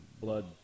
blood